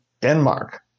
Denmark